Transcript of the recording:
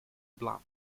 blunt